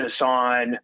on